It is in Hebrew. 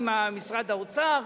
עם משרד האוצר,